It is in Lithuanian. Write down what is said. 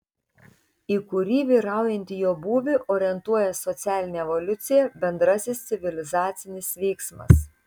į kurį vyraujantį jo būvį orientuoja socialinė evoliucija bendrasis civilizacinis vyksmas